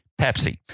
Pepsi